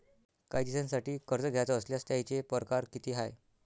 कायी दिसांसाठी कर्ज घ्याचं असल्यास त्यायचे परकार किती हाय?